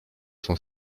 son